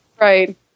right